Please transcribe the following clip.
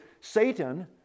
Satan